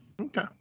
Okay